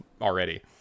already